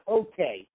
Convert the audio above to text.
okay